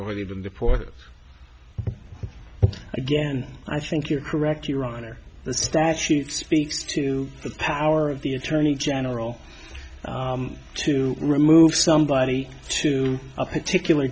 already been deported again i think you're correct your honor the statute speaks to the power of the attorney general to remove somebody to a particular